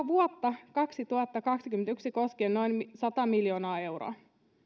vuotta kaksituhattakaksikymmentäyksi koskien noin sata miljoonaa euroa